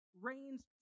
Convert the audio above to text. rains